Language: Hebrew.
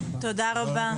תודה רבה.